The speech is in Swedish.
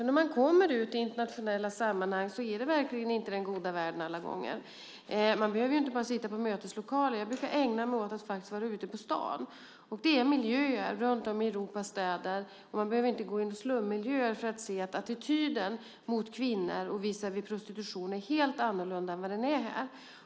När man kommer ut i internationella sammanhang är det verkligen inte den goda världen alla gånger. Man behöver ju inte bara sitta i möteslokaler, utan jag brukar ägna mig åt att faktiskt vara ute på stan. Det finns miljöer runt om i Europas städer - och man behöver inte gå in i slummiljöer för att se det - där attityden mot kvinnor och visavi prostitution är helt annorlunda än vad den är här.